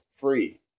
free